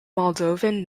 moldovan